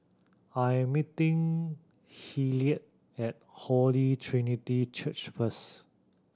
I meeting Hilliard at Holy Trinity Church first